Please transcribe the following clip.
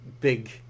big